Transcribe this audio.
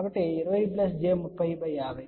కాబట్టి 20 j 3050